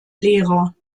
lehrer